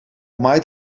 maait